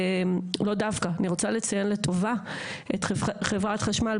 אני רוצה לציין לטובה את חברת חשמל.